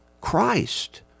Christ